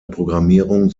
programmierung